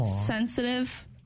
Sensitive